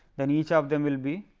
then each of them will be.